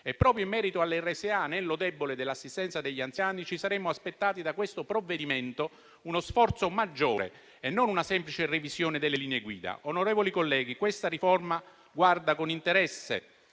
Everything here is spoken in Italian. Proprio in merito alle RSA, anello debole dell'assistenza agli anziani, ci saremmo aspettati da questo provvedimento uno sforzo maggiore e non una semplice revisione delle linee guida. Onorevoli colleghi, questa riforma guarda con "interesse